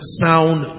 sound